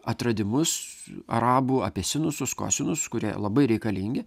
atradimus arabų apie sinusus kosinusus kurie labai reikalingi